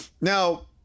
Now